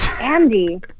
Andy